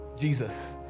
Jesus